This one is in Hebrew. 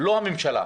לא הממשלה.